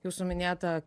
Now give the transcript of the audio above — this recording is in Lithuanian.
jūsų minėta